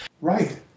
Right